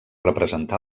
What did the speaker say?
representar